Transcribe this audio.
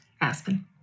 Aspen